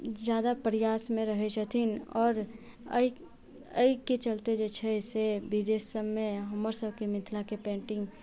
ज्यादा प्रयासमे रहैत छथिन आओर एहि एहिके चलते जे छै से विदेशसभमे हमरसभके मिथिलाके पेंटिंग